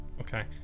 Okay